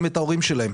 גם את ההורים שלהם,